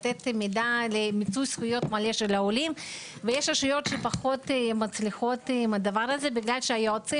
אבל יש רשויות שפחות מצליחות עם הדבר הזה כי היועצים